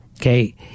okay